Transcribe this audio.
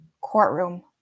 courtroom